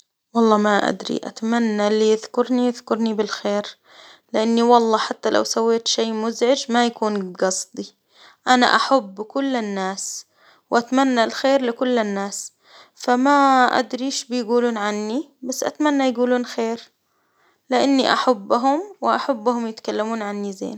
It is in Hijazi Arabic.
والله ما أدري أتمنى اللي يذكرني يذكرني بالخير، لإني والله حتى لو سويت شيء مزعج ما يكون قصدي، أنا أحب كل الناس، وأتمنى الخير لكل الناس، فما أدري إيش بيقولون عني، بس أتمنى يقولون خير، لإني أحبهم وأحبهم يتكلمون عني زين.